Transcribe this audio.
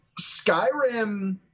Skyrim